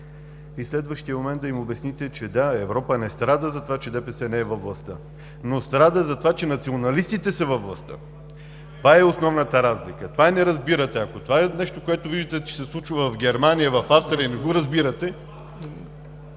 в следващия момент да им обясните, че – да, Европа не страда затова, че ДПС не е във властта, но страда затова, че националистите са във властта. Това е основната разлика! Това не разбирате! Ако това е нещо, което виждат, че се случва в Германия, в Австрия и не го разбират,